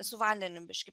su vandeniu biškį